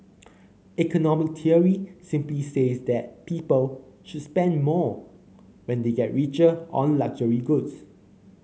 economic theory simply says that people should spend more when they get richer on luxury goods